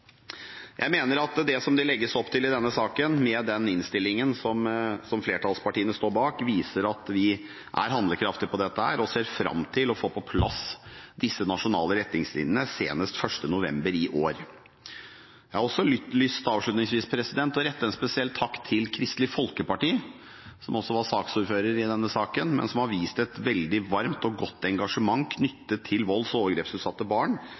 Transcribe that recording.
Jeg mener at det som det legges opp til i denne saken, med den innstillingen som flertallspartiene står bak, viser at vi er handlekraftige på dette området, og ser fram til å få på plass disse nasjonale retningslinjene senest 1. november i år. Jeg har avslutningsvis lyst til å rette en spesiell takk til Kristelig Folkeparti, som også hadde saksordføreren, og som har vist et veldig varmt og godt engasjement knyttet til volds- og overgrepsutsatte barn